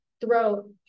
throat